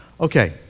Okay